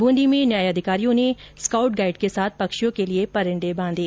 बूंदी में न्यायाधिकारियों ने स्काउट गाइड के साथ पक्षियों के लिए परिण्डे बांधे